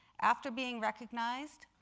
after being recognized,